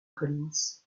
collins